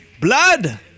Blood